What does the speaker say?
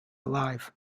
alive